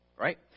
right